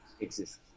exists